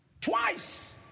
Twice